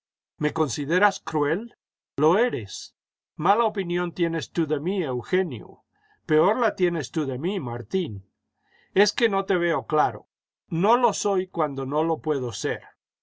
me consideras cruel lo eres mala opinión tienes tú de mí eugenio peor la tienes tú de mí martín es que no te veo claro no lo soy cuando no lo puedo ser